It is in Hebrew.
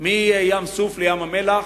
מים-סוף ועד ים-המלח,